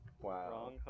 Wow